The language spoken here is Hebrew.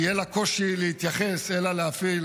יהיה לה קושי להתייחס, אלא להפעיל